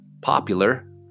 popular